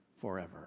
forever